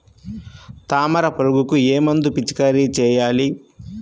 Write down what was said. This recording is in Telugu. తామర పురుగుకు ఏ మందు పిచికారీ చేయాలి?